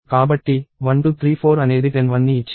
కాబట్టి 1234 అనేది 10 1 ని ఇచ్చింది